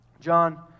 John